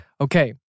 Okay